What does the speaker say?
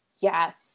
yes